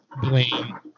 blame